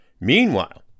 Meanwhile